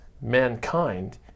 mankind